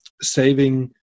saving